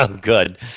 Good